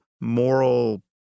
moral